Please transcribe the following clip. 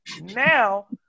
Now